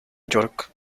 york